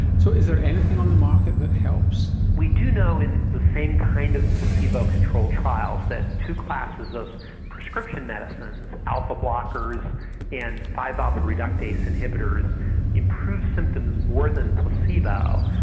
so is there anything on the market that helps? we do know in the same kind of placebo controlled trials that two classes of prescription medicines alpha blockers and five alpha reductase inhibitors improve symptoms more than placebo.